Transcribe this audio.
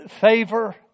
favor